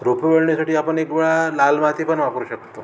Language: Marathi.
रोपे वेढण्यासाठी आपण एकवेळा लाल माती पण वापरू शकतो